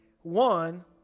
one